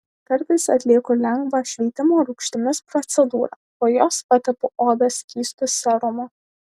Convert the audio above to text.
kartais atlieku lengvą šveitimo rūgštimis procedūrą po jos patepu odą skystu serumu